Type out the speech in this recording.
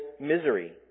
misery